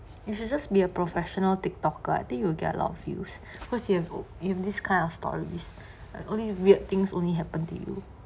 you should just be a professional TikTok-er I think you will get a lot of views cause you have this kind of stories and only weird things only happen to you